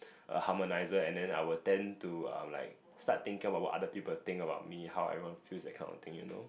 a harmonizer and then I will tend to err like start thinking about what other people think about me how everyone feels that kind of thing you know